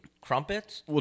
Crumpets